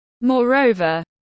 Moreover